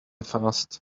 fast